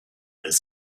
his